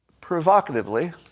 Provocatively